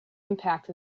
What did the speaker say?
impact